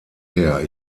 her